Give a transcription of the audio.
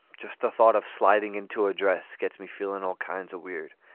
just the thought of sliding into a dress gets me feeling all kinds of weird.